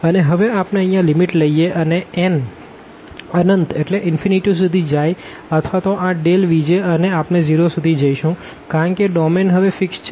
અને હવે આપણે અહિયાં લીમીટ લઈએ અને n ઇનફીનીટી સુધી જાય અથવા તો આ Vjઅને આપણે 0 સુધી જઈશું કારણ કે ડોમેન હવે ફિક્ષ છે